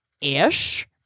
ish